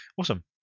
awesome